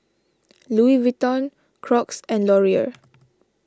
Louis Vuitton Crocs and Laurier